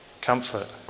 comfort